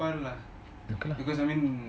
okay lah